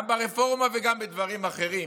גם ברפורמה וגם בדברים אחרים,